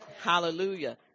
Hallelujah